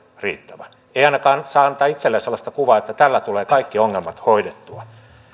riittävä ei ainakaan saa antaa itselleen sellaista kuvaa että tällä tulee kaikki ongelmat hoidettua